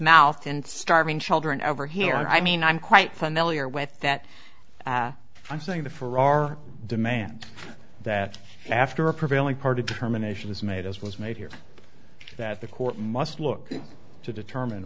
mouth and starving children over here i mean i'm quite familiar with that i'm saying that for our demand that after a prevailing party determination is made as was made here that the court must look to determine